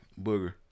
Booger